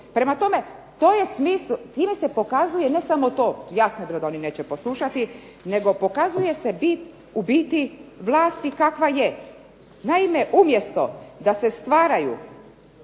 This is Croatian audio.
Prema tome to je, time se pokazuje ne samo, jasno je bilo da oni neće poslušati, nego pokazuje se bit u biti vlasti kakva je. Naime umjesto da se stvaraju